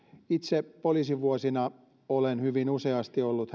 itse poliisivuosina olen hyvin useasti ollut